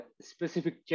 specific